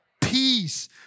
peace